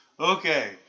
Okay